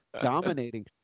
dominating